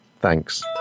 thanks